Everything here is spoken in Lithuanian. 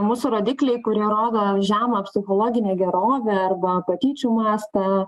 mūsų rodikliai kurie rodo žemą psichologinę gerovę arba patyčių mastą